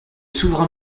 souverain